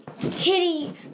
kitty